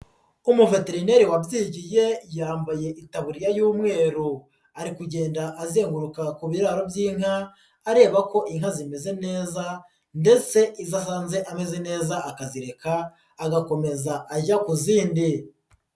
Umuveterineri wabyigiye yambaye itaburiya y'umweru. Ari kugenda azenguruka ku biraro by'inka, areba ko inka zimeze neza ndetse izo asanze ameze neza akazireka, agakomeza ajya ku zindi.